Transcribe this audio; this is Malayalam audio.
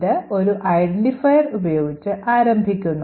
ഇത് ഒരു ഐഡന്റിഫയർ ഉപയോഗിച്ച് ആരംഭിക്കുന്നു